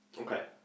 Okay